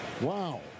Wow